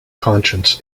conscience